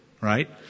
right